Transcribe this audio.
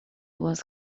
was